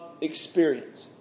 experience